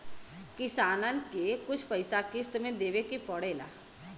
किसानन के कुछ पइसा किश्त मे देवे के पड़ेला